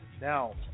Now